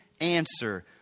answer